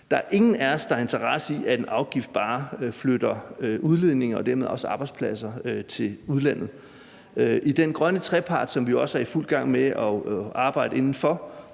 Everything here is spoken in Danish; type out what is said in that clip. Der er ingen af os, der har interesse i, at en afgift bare flytter udledninger og dermed også arbejdspladser til udlandet. I den grønne trepart, som vi jo også er i fuld gang med at arbejde inden for,